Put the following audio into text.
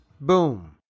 Boom